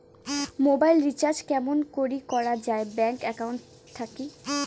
Mobile recharge কেমন করি করা যায় ব্যাংক একাউন্ট থাকি?